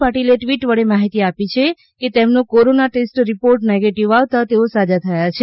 પાટિલે ટ઼વિટ વડે માહિતી આપી છે કે તેમનો કોરોના ટેસ્ટ રિપોર્ટ નેગેટિવ આવતા તેઓ સાજા થયા છે